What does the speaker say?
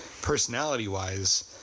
personality-wise –